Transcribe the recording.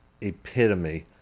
epitome